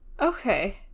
okay